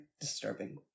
disturbing